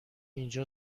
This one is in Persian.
اینجا